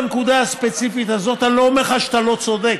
בנקודה הספציפית הזאת אני לא אומר לך שאתה לא צודק,